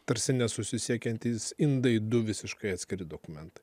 tarsi nesusisiekiantys indai du visiškai atskiri dokumentai